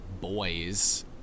boys